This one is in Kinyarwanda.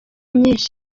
nyinshi